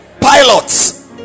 Pilots